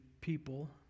people